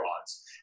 odds